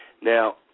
Now